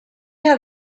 had